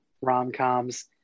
rom-coms